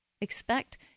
Expect